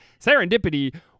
Serendipity